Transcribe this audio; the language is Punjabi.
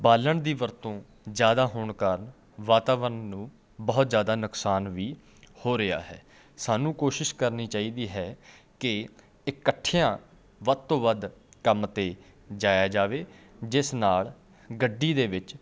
ਬਾਲਣ ਦੀ ਵਰਤੋਂ ਜ਼ਿਆਦਾ ਹੋਣ ਕਾਰਨ ਵਾਤਾਵਰਨ ਨੂੰ ਬਹੁਤ ਜ਼ਿਆਦਾ ਨੁਕਸਾਨ ਵੀ ਹੋ ਰਿਹਾ ਹੈ ਸਾਨੂੰ ਕੋਸ਼ਿਸ਼ ਕਰਨੀ ਚਾਹੀਦੀ ਹੈ ਕਿ ਇਕੱਠਿਆਂ ਵੱਧ ਤੋਂ ਵੱਧ ਕੰਮ 'ਤੇ ਜਾਇਆ ਜਾਵੇ ਜਿਸ ਨਾਲ ਗੱਡੀ ਦੇ ਵਿੱਚ